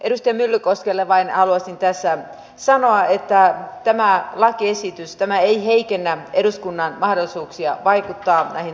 edustaja myllykoskelle vain haluaisin tässä sanoa että tämä lakiesitys ei heikennä eduskunnan mahdollisuuksia vaikuttaa näihin toimintoihin